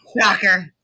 Shocker